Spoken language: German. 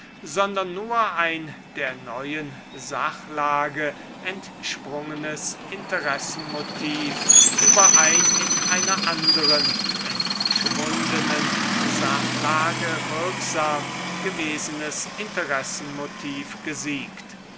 sondern nur ein der neuen sachlage entsprungenes interessenmotiv über ein in einer anderen entschwundenen sachlage wirksam gewesenes interessenmotiv gesiegt